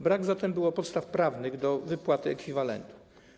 Brak zatem było podstaw prawnych do wypłaty ekwiwalentu.